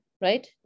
right